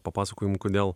papasakojimų kodėl